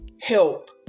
Help